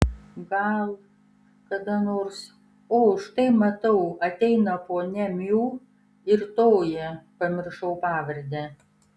gal kada nors o štai matau ateina ponia miu ir toji pamiršau pavardę